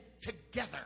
together